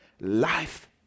life